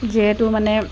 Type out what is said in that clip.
যিহেতু মানে